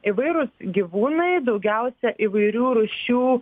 įvairūs gyvūnai daugiausia įvairių rūšių